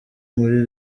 muri